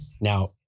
Now